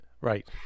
right